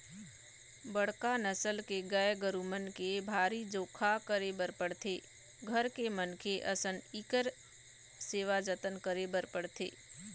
बड़का नसल के गाय गरू मन के भारी जोखा करे बर पड़थे, घर के मनखे असन इखर सेवा जतन करे बर पड़थे